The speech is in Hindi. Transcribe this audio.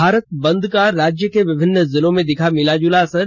भारत बंद का राज्य के विभिन्न जिलों में दिखा मिलाज़ुला असर